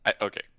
Okay